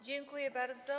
Dziękuję bardzo.